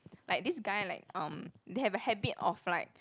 like this guy like um they have a habit of like